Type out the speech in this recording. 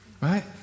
right